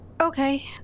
Okay